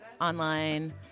online